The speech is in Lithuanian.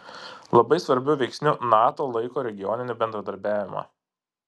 labai svarbiu veiksniu nato laiko regioninį bendradarbiavimą